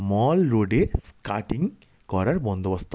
মল রোডে স্কেটিং করার বন্দোবস্ত আছে